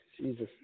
Jesus